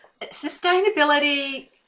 sustainability